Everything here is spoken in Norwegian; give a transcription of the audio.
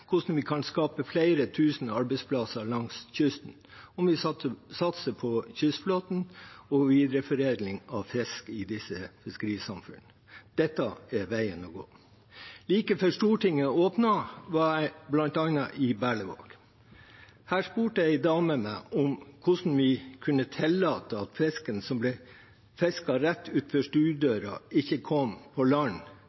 hvordan vi kan skape flere tusen arbeidsplasser langs kysten om vi satser på kystflåten og videreforedling av fisk i disse fiskerisamfunnene. Dette er veien å gå. Like før Stortinget åpnet, var jeg bl.a. i Berlevåg. Her spurte en dame meg om hvordan vi kunne tillate at fisken som ble fisket rett